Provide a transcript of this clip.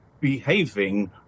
behaving